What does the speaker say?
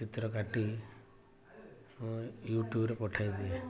ଚିତ୍ରକାଟି ୟୁଟ୍ୟୁବରେ ପଠାଇ ଦିଏ